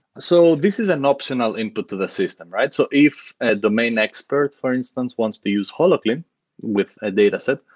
so this is an optional input to the system, right? so if a domain expert, for instance, wants to use holoclean with a dataset,